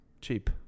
cheap